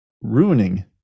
ruining